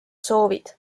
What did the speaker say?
soovid